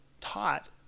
taught